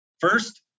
First